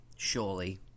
Surely